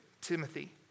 Timothy